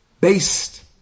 based